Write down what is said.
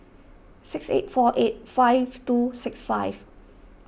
six eight four eight five two six five